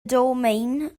domain